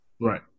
Right